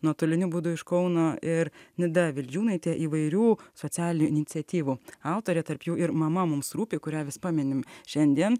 nuotoliniu būdu iš kauno ir nida vildžiūnaitė įvairių sociali iniciatyvų autorė tarp jų ir mama mums rūpi kurią vis paminim šiandien